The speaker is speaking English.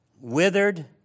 withered